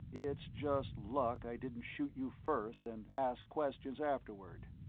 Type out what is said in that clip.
it's just luck i didn't shoot you first and ask questions afterward.